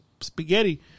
spaghetti